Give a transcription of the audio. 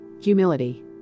Humility